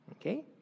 Okay